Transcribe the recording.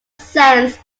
sense